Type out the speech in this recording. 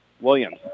Williams